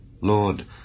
Lord